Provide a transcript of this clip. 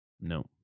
No